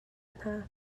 hna